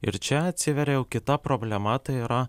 ir čia atsiveria jau kita problema tai yra